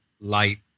light